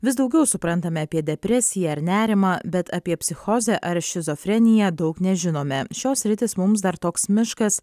vis daugiau suprantame apie depresiją ar nerimą bet apie psichozę ar šizofreniją daug nežinome šios sritys mums dar toks miškas